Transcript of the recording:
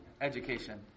education